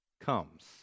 comes